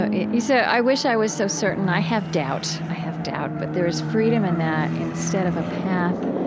ah you said i wish i was so certain. i have doubt, i have doubt. but there is freedom in that, instead of a path,